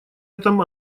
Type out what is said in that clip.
этом